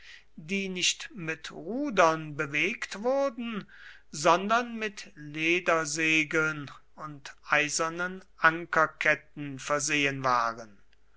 die nicht mit rudern bewegt wurden sondern mit ledersegeln und eisernen ankerketten versehen waren